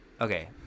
Okay